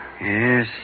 Yes